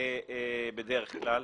בדרך כלל,